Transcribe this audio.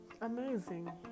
amazing